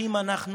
אחים אנחנו,